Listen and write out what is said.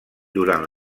durant